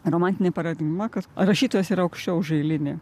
romantinė paradigma kad rašytojas yra aukščiau už eilinį